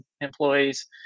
employees